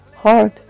Hard